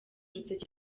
urutoki